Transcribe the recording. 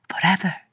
forever